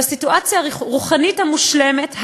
בסיטואציה הרוחנית המושלמת,